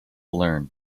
learn